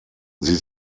sie